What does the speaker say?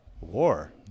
War